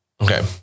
Okay